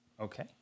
Okay